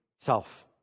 self